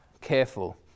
careful